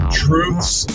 truths